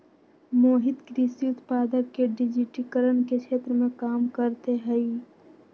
मोहित कृषि उत्पादक के डिजिटिकरण के क्षेत्र में काम करते हई